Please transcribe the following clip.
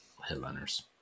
headliners